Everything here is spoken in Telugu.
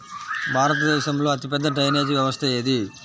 భారతదేశంలో అతిపెద్ద డ్రైనేజీ వ్యవస్థ ఏది?